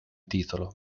titolo